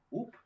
Oop